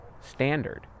standard